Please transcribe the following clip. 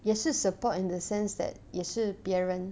也是 support in the sense that 也是别人